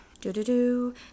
Do-do-do